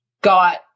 got